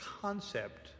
concept